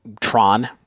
Tron